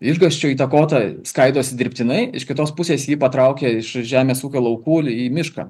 išgąsčiu įtakota skaidosi dirbtinai iš kitos pusės ji patraukia iš žemės ūkio laukų į mišką